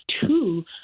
two